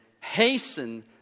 hasten